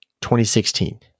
2016